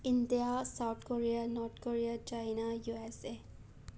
India South Korea North Korea China USA